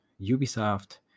Ubisoft